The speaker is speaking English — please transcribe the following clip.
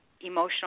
emotional